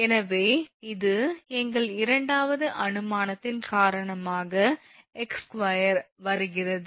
எனவே இது எங்கள் இரண்டாவது அனுமானத்தின் காரணமாக 𝑥2 வருகிறது